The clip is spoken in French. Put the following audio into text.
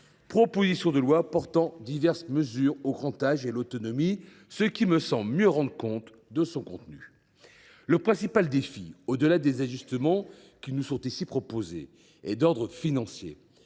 proposition de loi portant diverses mesures relatives au grand âge et à l’autonomie », ce qui me semble mieux rendre compte de son contenu. Le principal défi, au delà des ajustements qui nous sont ici proposés, est d’ordre financier.